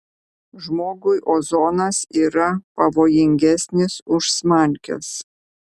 žmogui ozonas yra pavojingesnis už smalkes